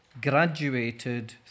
graduated